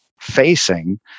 facing